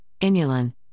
inulin